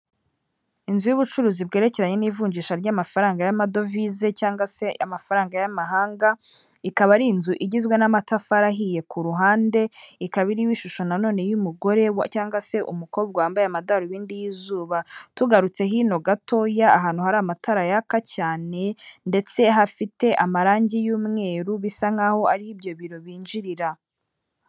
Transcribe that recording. Inzu y'ubucuruzi bwerekeranye n'ivunjisha ry'amafaranga y'amadovize cyangwa se amafaranga y'amahanga ikaba ari inzu igizwe n'amatafari ahiye ku ruhande ikaba irimo ishusho na none y'umugore cyangwa se umukobwa wambaye amadarubindi y'izuba tugarutse hino gatoya ahantu hari amatara yaka cyane ndetse hafite amarangi y'umweru bisa nk'aho ari ibyo biro binjirira.